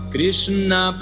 Krishna